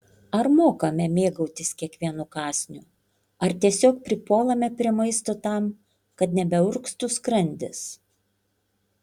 ar mokame mėgautis kiekvienu kąsniu ar tiesiog pripuolame prie maisto tam kad nebeurgztų skrandis